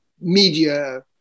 media